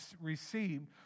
received